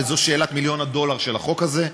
וזו שאלת מיליון הדולר של החוק הזה.